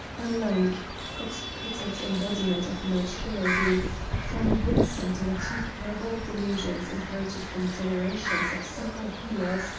a lank, pock-pitted embodiment of mad chirurgy from books and antique herbal delusions inherited from generations of simple healers,